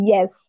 Yes